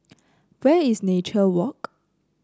where is Nature Walk